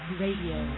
radio